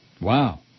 Wow